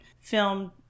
film